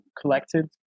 collected